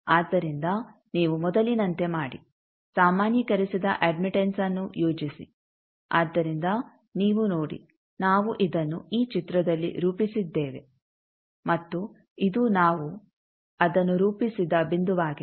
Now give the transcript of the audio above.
ಆದ್ದರಿಂದ ನೀವು ಮೊದಲಿನಂತೆ ಮಾಡಿ ಸಾಮಾನ್ಯೀಕರಿಸಿದ ಅಡ್ಮಿಟೆಂಸ್ಅನ್ನು ಯೋಜಿಸಿ ಆದ್ದರಿಂದ ನೀವು ನೋಡಿ ನಾವು ಇದನ್ನು ಈ ಚಿತ್ರದಲ್ಲಿ ರೂಪಿಸಿದ್ದೇವೆ ಮತ್ತು ಇದು ನಾವು ಅದನ್ನು ರೂಪಿಸಿದ ಬಿಂದುವಾಗಿದೆ